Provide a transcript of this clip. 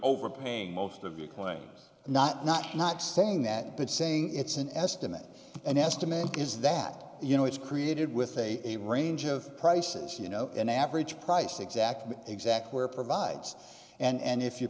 overpaying most of your claims not not not saying that but saying it's an estimate an estimate is that you know it's created with a range of prices you know an average price exactly exact where provides and if you're